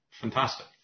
Fantastic